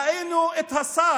ראינו את השר